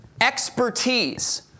expertise